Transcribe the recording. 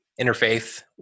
interfaith